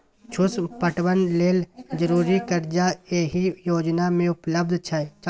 सुक्ष्म पटबन लेल जरुरी करजा एहि योजना मे उपलब्ध छै